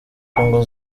congo